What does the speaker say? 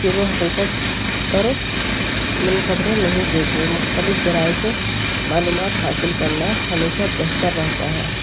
کہ وہ حقیقت اور من خبریں نہیں دیتے مختلف ذرائع سے معلومات حاصل کرنا ہمیشہ بہتر رہتا ہے